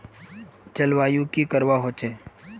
जलवायु की करवा होचे?